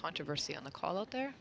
controversy on the call out there